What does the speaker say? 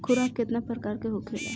खुराक केतना प्रकार के होखेला?